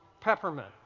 peppermint